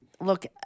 look